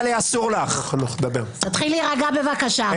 תתחיל להירגע בבקשה.